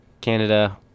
Canada